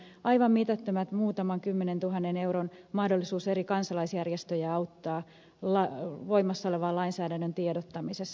meillä on aivan mitätön muutaman kymmenentuhannen euron mahdollisuus eri kansalaisjärjestöjä auttaa voimassa olevasta lainsäädännöstä tiedottamisessa